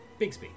Bigsby